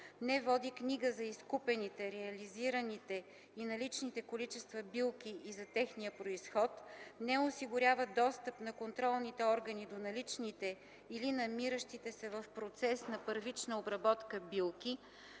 не води книга за изкупените, реализираните и наличните количества билки и за техния произход, не осигурява достъп на контролните органи до наличните или намиращите се в процес на първична обработка билки,